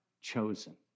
chosen